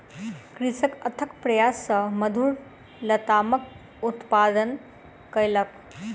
कृषक अथक प्रयास सॅ मधुर लतामक उत्पादन कयलक